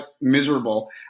miserable –